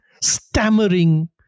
stammering